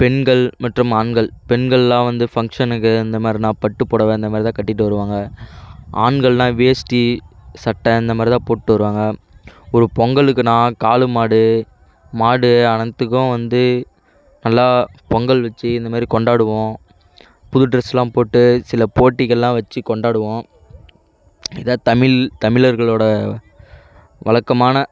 பெண்கள் மற்றும் ஆண்கள் பெண்கள்லாம் வந்து ஃபங்க்ஷனுக்கு இந்த மாதிரினா பட்டு புடவ இந்த மாதிரி தான் கட்டிட்டு வருவாங்க ஆண்கள்லாம் வேஷ்டி சட்டை இந்த மாதிரி தான் போட்டு வருவாங்க ஒரு பொங்கலுக்குன்னா காளு மாடு மாடு அனைத்துக்கும் வந்து நல்லா பொங்கல் வச்சு இந்த மாதிரி கொண்டாடுவோம் புது டிரெஸ்லாம் போட்டு சில போட்டிகளெலாம் வச்சு கொண்டாடுவோம் இதுதான் தமிழ் தமிழர்களோடய வழக்கமான